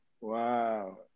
Wow